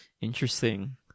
Interesting